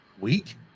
week